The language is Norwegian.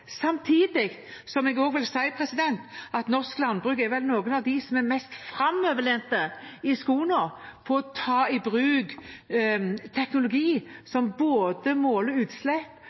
vil jeg si at norsk landbruk er et av de som er mest framoverlent når det gjelder å ta i bruk teknologi som måler utslipp